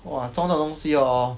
!wah! 中这种东西 hor